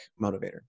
motivator